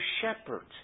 shepherds